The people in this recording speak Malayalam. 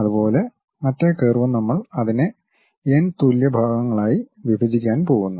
അതുപോലെ മറ്റേ കർവും നമ്മൾ അതിനെ എൻ തുല്യ ഭാഗങ്ങളായി വിഭജിക്കാൻ പോകുന്നു